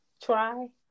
try